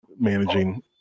managing